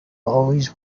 always